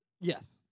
Yes